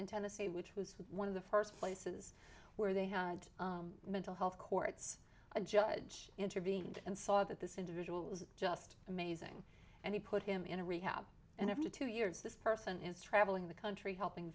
in tennessee which was one of the first places where they had mental health courts a judge intervened and saw that this individual was just amazing and he put him in a rehab and every two years this person is traveling the country helping